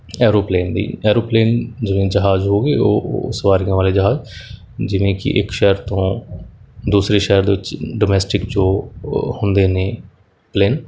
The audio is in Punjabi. ਐਰੋਪਲੇਨ ਦੀ ਐਰੋਪਲੇਨ ਜਿਵੇਂ ਜਹਾਜ਼ ਹੋਗੇ ਉਹ ਉਹ ਸਵਾਰੀਆਂ ਵਾਲੇ ਜਹਾਜ਼ ਜਿਵੇਂ ਕਿ ਇੱਕ ਸ਼ਹਿਰ ਤੋਂ ਦੂਸਰੇ ਸ਼ਹਿਰ ਦੇ ਵਿੱਚ ਡੋਮੈਸਟਿਕ ਜੋ ਹੁੰਦੇ ਨੇ ਪਲੇਨ